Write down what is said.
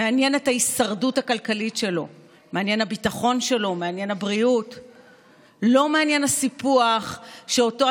צלמו סרטון של שתי דקות שמסביר למה אתם תצאו להפגין ושתפו אותו עם